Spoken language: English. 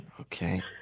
Okay